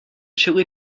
chili